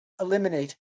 eliminate